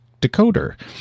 decoder